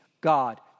God